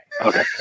Okay